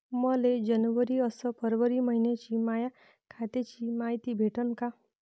मले जनवरी अस फरवरी मइन्याची माया खात्याची मायती भेटन का?